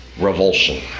revulsion